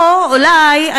או אולי,